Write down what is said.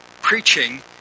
Preaching